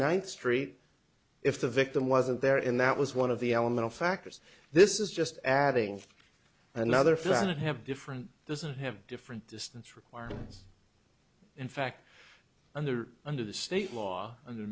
ninth street if the victim wasn't there in that was one of the elemental factors this is just adding another five hundred have different doesn't have different distance requirements in fact under under the state law and